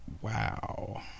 Wow